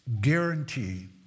guarantee